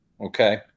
okay